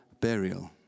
burial